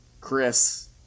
Chris